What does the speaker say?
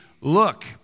look